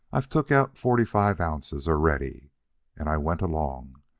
i've took out forty-five ounces already and i went along,